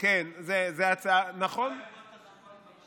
שהכנסת תצא לשלושה חודשים